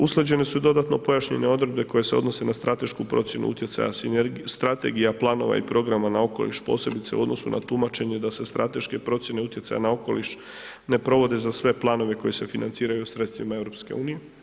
Usklađene su i dodatno pojašnjene odredbe koje se odnose na stratešku procjenu utjecaja sinergija, strategija, planova i programa na okoliš posebice u odnosu na tumačenje da se strateške procjene utjecaja na okoliš ne provode za sve planove koji se financiraju sredstvima EU.